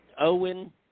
Owen –